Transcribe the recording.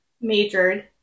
majored